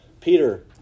Peter